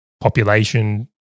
population